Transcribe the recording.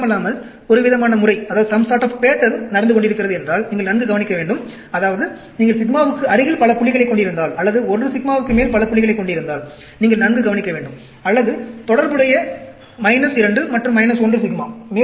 அது மட்டுமல்லாமல் ஒருவிதமான முறை நடந்து கொண்டிருக்கிறது என்றால் நீங்கள் நன்கு கவனிக்க வேண்டும் அதாவது நீங்கள் சிக்மாவுக்கு அருகில் பல புள்ளிகளைக் கொண்டிருந்தால் அல்லது 1 சிக்மாவுக்கு மேல் பல புள்ளிகளைக் கொண்டிருந்தால் நீங்கள் நன்கு கவனிக்க வேண்டும் அல்லது தொடர்புடைய 2 மற்றும் 1 சிக்மா